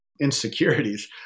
insecurities